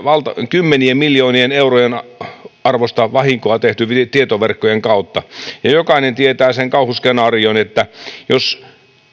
kymmenien miljoonien eurojen arvosta vahinkoa tehty tietoverkkojen kautta ja jokainen tietää sen kauhuskenaarion että jos